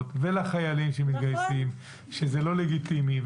ולחיילים שמתגייסים שזה לא לגיטימי.